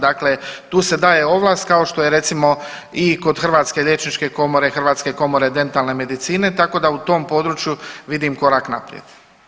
Dakle, tu se daje ovlast kao što je recimo i kod Hrvatske liječničke komore, Hrvatske komore dentalne medicine tako da u tom području vidim korak naprijed.